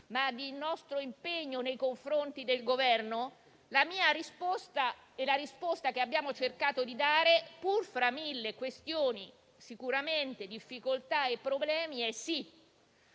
ma anche nei confronti del Governo? La mia risposta e la risposta che abbiamo cercato di dare, pur fra mille questioni sicuramente, difficoltà e problemi, è sì.